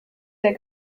der